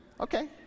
okay